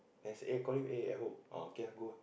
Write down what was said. and I say I call him eh at home ah okay ah go ah